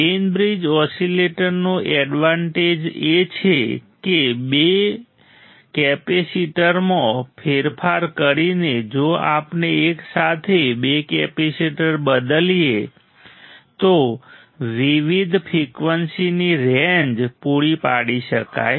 Wien bridge ઓસિલેટરનો advantage એ છે કે બે કેપેસિટરમાં ફેરફાર કરીને જો આપણે એકસાથે બે કેપેસિટર બદલીએ તો વિવિધ ફ્રિકવન્સીની રેન્જ પૂરી પાડી શકાય